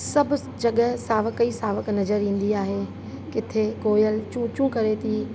सभु जॻहि सावक ई सावक नज़रु ईंदी आहे किथे कोयल चूं चूं करे थी